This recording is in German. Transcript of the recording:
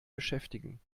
beschäftigen